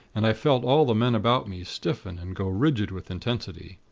and i felt all the men about me, stiffen and go rigid with intensity.